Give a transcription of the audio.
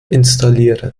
installieren